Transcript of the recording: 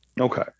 Okay